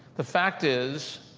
the fact is,